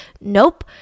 Nope